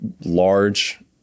large